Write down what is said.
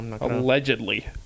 Allegedly